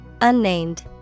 Unnamed